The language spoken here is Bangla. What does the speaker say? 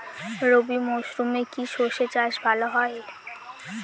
রবি মরশুমে কি সর্ষে চাষ ভালো হয়?